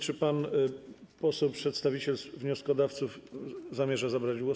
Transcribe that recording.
Czy pan poseł przedstawiciel wnioskodawców zamierza zabrać głos?